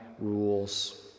rules